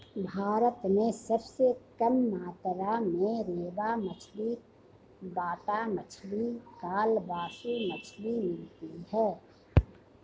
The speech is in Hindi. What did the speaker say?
भारत में सबसे कम मात्रा में रेबा मछली, बाटा मछली, कालबासु मछली मिलती है